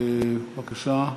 בבקשה.